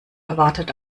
erwartet